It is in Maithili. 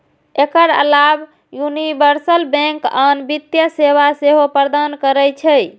एकर अलाव यूनिवर्सल बैंक आन वित्तीय सेवा सेहो प्रदान करै छै